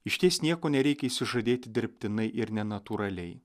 išties nieko nereikia išsižadėti dirbtinai ir nenatūraliai